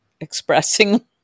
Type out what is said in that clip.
expressing